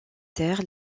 terres